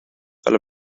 fel